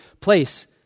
place